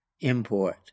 import